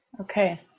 okay